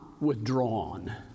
withdrawn